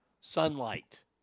Sunlight